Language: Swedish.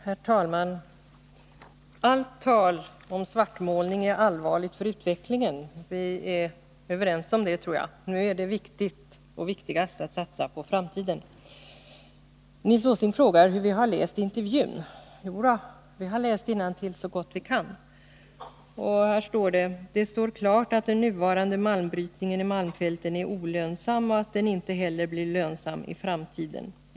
Herr talman! Allt tal om svartmålning är allvarligt för utvecklingen — det tror jag vi är överens om. Nu är det viktigaste att satsa på framtiden. Nils Åsling frågar hur vi har läst intervjun. Jodå, vi har läst innantill så gott vi har kunnat, och där står det: Det står klart att den nuvarande malmbrytningen i malmfälten är olönsam och att den inte heller blir lönsam i framtiden.